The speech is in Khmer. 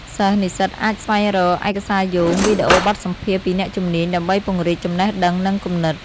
សិស្សនិស្សិតអាចស្វែងរក ឯកសារយោង វីដេអូបទសម្ភាសន៍ពីអ្នកជំនាញ ដើម្បីពង្រីកចំណេះដឹង និងគំនិត។